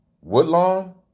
Woodlawn